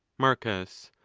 marcus.